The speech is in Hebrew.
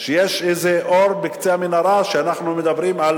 יש איזה אור בקצה המנהרה שאנחנו מדברים על